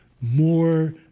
more